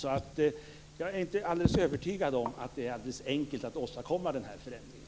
Jag är alltså inte helt övertygad om att det är alldeles enkelt att åstadkomma den här förändringen.